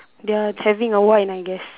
they're having I guess